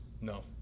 No